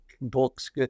books